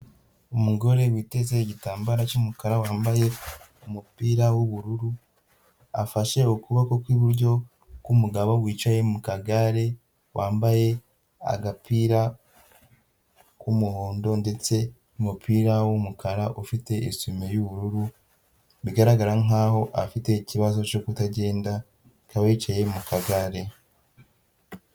Umugore witeze igitambaro cy'umukara, wambaye umupira w'ubururu, afashe ukuboko kw'iburyo k'umugabo wicaye mu kagare, wambaye agapira k'umuhondo ndetse n'umupira w'umukara, ufite isume y'ubururu, bigaragara nkaho afite ikibazo cyo kutagenda, akaba yicaye mu kagare.